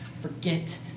forget